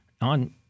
on